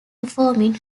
performing